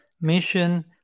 mission